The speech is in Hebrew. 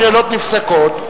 השאלות נפסקות.